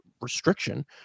restriction